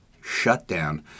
shutdown